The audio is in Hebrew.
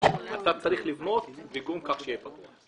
אלא אתה צריך לבנות פיגום כך שיהיה בטוח.